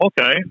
okay